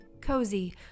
cozy